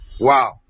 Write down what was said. Wow